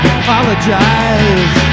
apologize